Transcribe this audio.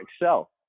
excel